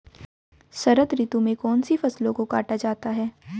शरद ऋतु में कौन सी फसलों को काटा जाता है?